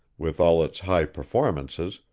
with all its high performances,